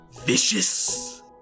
vicious